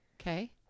Okay